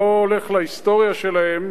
אני לא הולך להיסטוריה שלהם,